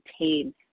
maintain